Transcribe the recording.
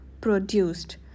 produced